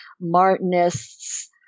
Martinists